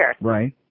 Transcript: Right